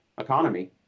economy